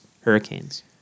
Hurricanes